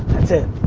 that's it.